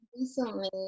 Recently